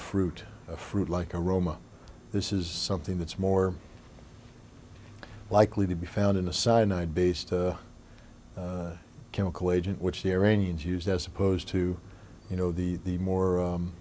fruit a fruit like a roma this is something that's more likely to be found in a cyanide based chemical agent which the iranians use as opposed to you know the more